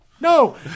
No